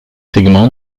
segments